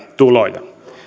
tuloja